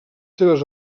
seves